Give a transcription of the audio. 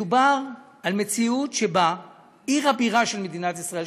מדובר על מציאות שבה עיר הבירה של מדינת ישראל,